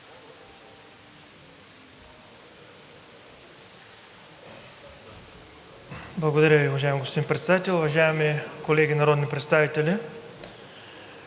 Благодаря Ви. Уважаеми господин Председател, уважаеми колеги народни представители!